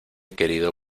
querido